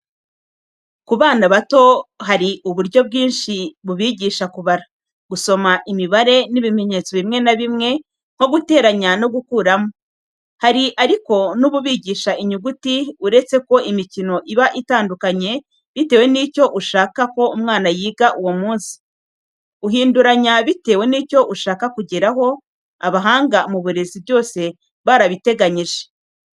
Ku bana bato hari uburyo bwinshi bubigisha kubara, gusoma imibare n'ibimenyetso bimwe na bimwe nko: guteranya no gukuramo. Hari ariko n'ububigisha inyuguti uretse ko imikino iba itandukanye bitewe n'icyo ushaka ko umwana yiga uwo munsi. Uhinduranya bitewe n'icyo ushaka kugeraho. Abahanga mu burezi byose barabiteganyije.